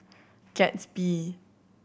Gatsby